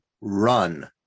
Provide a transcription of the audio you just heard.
run